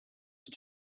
het